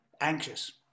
anxious